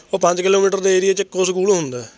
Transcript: ਉਹ ਪੰਜ ਕਿਲੋਮੀਟਰ ਦੇ ਏਰੀਏ 'ਚ ਇੱਕੋ ਸਕੂਲ ਹੁੰਦਾ ਹੈ